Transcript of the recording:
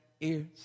ears